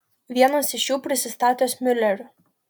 vienas iš jų prisistatęs miuleriu